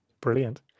Brilliant